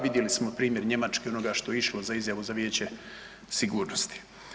Vidjeli smo primjer Njemačke onoga što je išlo za izjavu za Vijeće sigurnosti.